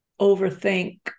overthink